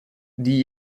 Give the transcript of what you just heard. die